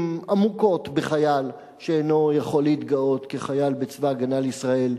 עמוקות בחייל שאינו יכול להתגאות כחייל בצבא-הגנה לישראל,